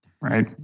right